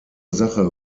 sache